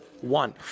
one